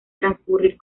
transcurrir